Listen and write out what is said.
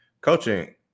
Coaching